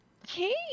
Okay